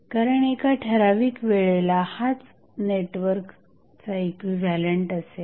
कारण एका ठराविक वेळेला हाच नेटवर्कचा इक्विव्हॅलंट असेल